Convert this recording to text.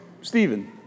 Stephen